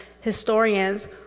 historians